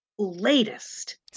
latest